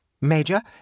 Major